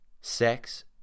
Sex